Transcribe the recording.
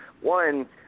One